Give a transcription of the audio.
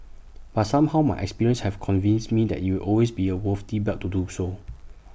but somehow my experiences have convinced me that IT will always be A worthy the bet to do so